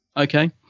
Okay